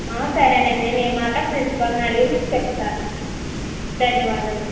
ఆ సరేనండీ నేను ఏ మాట ప్రిన్సిపాల్ని అడిగి మీకు చెప్తాను ధన్యవాదాలు